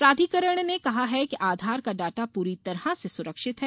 प्राधिकरण ने कहा है कि आधार का डाटा पूरी तरह से सुरक्षित है